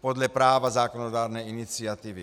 podle práva zákonodárné iniciativy.